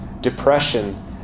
depression